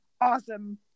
Awesome